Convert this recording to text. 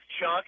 Chuck